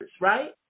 right